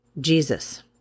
Jesus